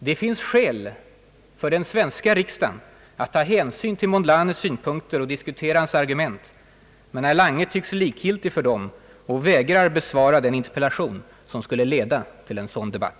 Det finns skäl för den svenska riksdagen att ta hänsyn till Mondlanes synpunkter och diskutera hans argument. Men herr Lange tycks likgiltig för dem och vägrar besvara den interpellation som skulle leda till en sådan debatt.